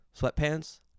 sweatpants